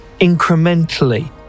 incrementally